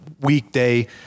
weekday